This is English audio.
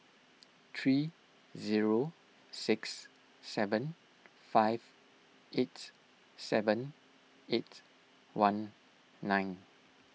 three zero six seven five eight seven eight one nine